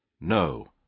No